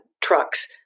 trucks